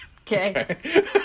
okay